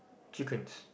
chickens